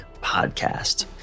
podcast